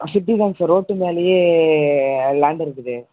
city தான் sir road மேலையே land இருக்குது